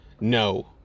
no